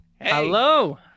Hello